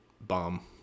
bomb